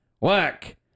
work